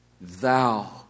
Thou